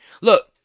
Look